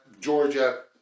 Georgia